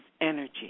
energy